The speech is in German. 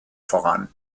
voran